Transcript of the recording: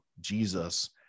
Jesus